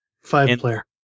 Five-player